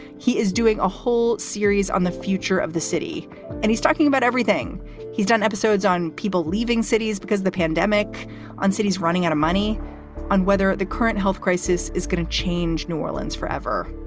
he is doing a whole series on the future of the city and he's talking about everything he's done episodes on people leaving cities because the pandemic on cities running out of money on whether the current health crisis is going to change new orleans forever.